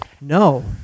No